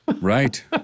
Right